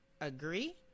Agree